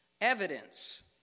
evidence